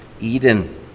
Eden